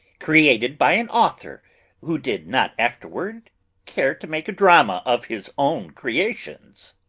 created by an author who did not afterward care to make a drama of his own creations.